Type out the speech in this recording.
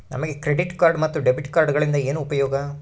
ನಮಗೆ credit card ಮತ್ತು debit ಕಾರ್ಡುಗಳಿಂದ ಏನು ಉಪಯೋಗ?